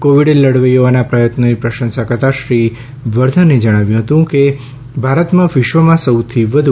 Covid લડવૈયાઓના પ્રથત્નોની પ્રશંસા કરતાં શ્રી હર્ષ વર્ધને જણાવ્યું કે ભારતમાં વિશ્વમાં સૌથી વધુ